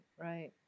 right